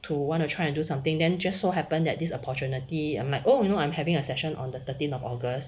to want to try and do something then just so happened that this opportunity and I'm like oh you know I'm having a session on the thirteenth of august